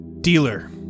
dealer